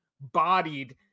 bodied